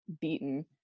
beaten